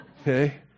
Okay